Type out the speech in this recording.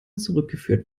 zurückgeführt